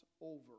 over